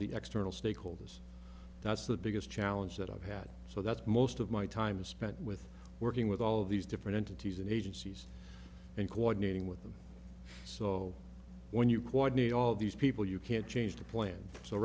the external stakeholders that's the biggest challenge that i've had so that's most of my time is spent with working with all of these different entities and agencies and coordinating with them so when you quite need all these people you can't change the plans so